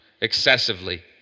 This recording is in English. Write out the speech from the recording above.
excessively